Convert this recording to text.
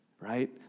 Right